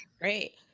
great